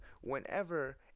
whenever